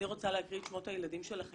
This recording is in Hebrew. אני רציתי גם לקרוא את שמות הילדים שלכם,